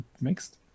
mixed